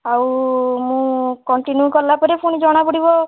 ଆଉ ମୁଁ କଣ୍ଟିନ୍ୟୁ କଲାପରେ ପୁଣି ଜଣା ପଡ଼ିବ